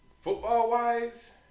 football-wise